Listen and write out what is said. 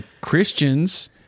Christians